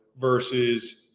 versus